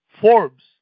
Forbes